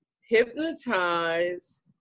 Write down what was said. hypnotize